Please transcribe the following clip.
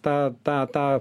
tą tą tą